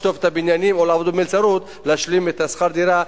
לשטוף את הבניינים או לעבוד במלצרות כדי להשלים את שכר הדירה,